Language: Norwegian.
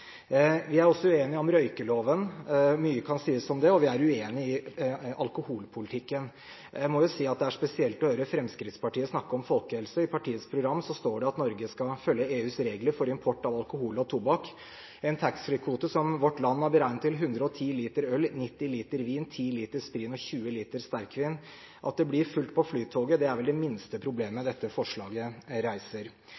Vi er også uenige om røykeloven – mye kan sies om det – og vi er uenig i alkoholpolitikken. Jeg må si det er spesielt å høre Fremskrittspartiet snakke om folkehelse. I partiets handlingsprogram står det at Norge skal følge EUs regler for import av alkohol og tobakk – en taxfree-kvote som Vårt Land har beregnet til 110 liter øl, 90 liter vin, 10 liter sprit og 20 liter sterkvin. At det blir fullt på Flytoget, er vel det minste problemet